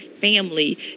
family